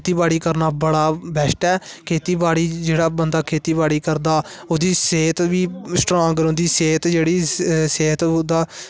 बडा़ बेस्ट ऐ खेती बाडी़ जेहडा़ बंदा खेती बाडी़ करदा ओहदी सेहत बी स्ट्रांग रौंहदी ऐ सेहत जेहडी़ सेहत ओहदा